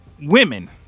women